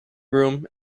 room